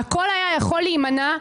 הכול היה יכול להימנע,